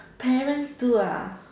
parents do ah